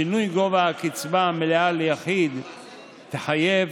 שינוי גובה הקצבה המלאה ליחיד תחייב